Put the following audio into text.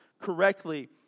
correctly